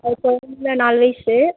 அது குழந்த நாலு வயது